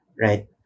right